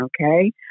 okay